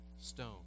stone